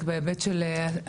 צודק מאוד בהיבט של היכולת,